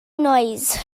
noise